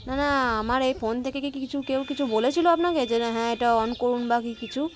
না না আমার এই ফোন থেকে কি কিছু কেউ কিছু বলেছিল আপনাকে যে না হ্যাঁ এটা অন করুন বা কি কিছু